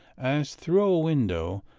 as through a window,